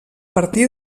partir